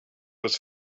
was